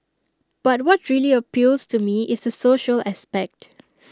but what really appeals to me is A social aspect